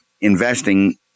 investing